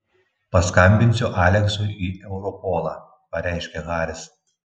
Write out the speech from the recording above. paskambinsiu aleksui į europolą pareiškė haris